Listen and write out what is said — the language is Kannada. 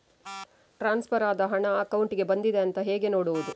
ಟ್ರಾನ್ಸ್ಫರ್ ಆದ ಹಣ ಅಕೌಂಟಿಗೆ ಬಂದಿದೆ ಅಂತ ಹೇಗೆ ನೋಡುವುದು?